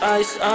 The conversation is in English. ice